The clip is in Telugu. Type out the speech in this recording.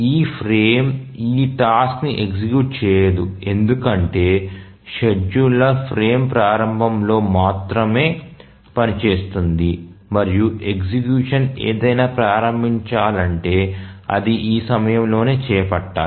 ఈ ఫ్రేమ్ ఈ టాస్క్ ని ఎగ్జిక్యూట్ చేయదు ఎందుకంటే షెడ్యూలర్ ఫ్రేమ్ ప్రారంభంలో మాత్రమే పనిచేస్తుంది మరియు ఎగ్జిక్యూషన్ ఏదైనా ప్రారంభించాలంటే అది ఈ సమయంలోనే చేపట్టాలి